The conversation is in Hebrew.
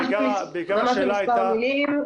בעיקר השאלה הייתה --- ממש במספר מילים.